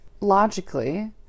logically